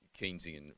Keynesian